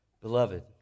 Beloved